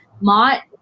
Mott